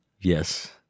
Yes